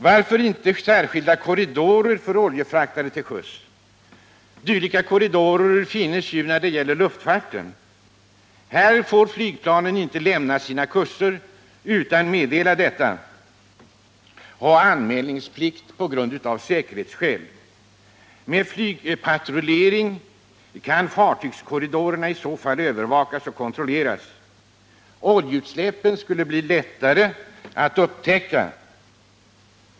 Varför inte ha särskilda korridorer för oljefraktare till sjöss? Dylika korridorer finns ju när det gäller luftfarten. Flygplanen får inte lämna sina kurser utan föregående anmälan, detta av säkerhetsskäl. Med flygpatrullering kan sådana fartygskorridorer kontrolleras. Oljeutsläpp skulle bli lättare att upptäcka.